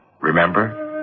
Remember